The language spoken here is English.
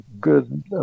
good